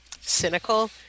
cynical